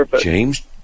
James